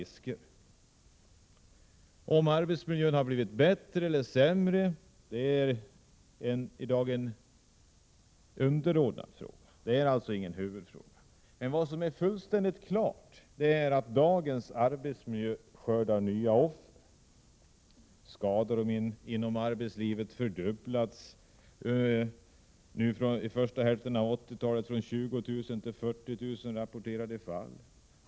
Om arbetsmiljön har blivit bättre eller sämre är i dag ingen huvudfråga. Fullständigt klart är emellertid att dagens arbetsmiljö skördar nya offer. Antalet skador inom arbetslivet har fördubblats under första hälften av 1980-talet: från 20 000 till 40 000 rapporterade fall.